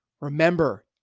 Remember